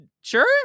Sure